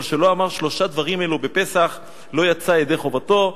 כל שלא אמר שלושה דברים אלו בפסח לא יצא ידי חובתו.